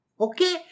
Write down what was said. Okay